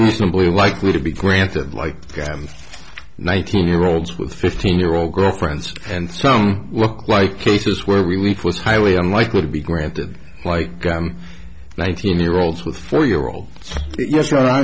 reasonably likely to be granted like them nineteen year olds with fifteen year old girlfriends and some like cases where relief was highly unlikely to be granted like nineteen year olds with four year olds yes